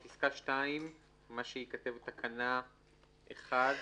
בפסקה (2), מה שייכתב בתקנה (1)(7)?